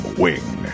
wing